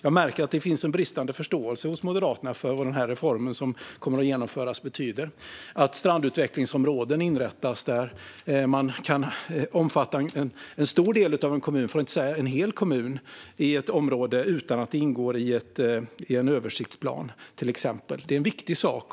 Jag märker att det finns en bristande förståelse hos Moderaterna för vad den reform som kommer att genomföras betyder, nämligen att strandutvecklingsområden inrättas där man kan omfatta en stor del av en kommun, för att inte säga en hel kommun, i ett område utan att det ingår i en översiktsplan till exempel. Det är en viktig sak.